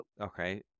Okay